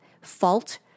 fault